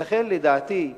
ולכן, לדעתי,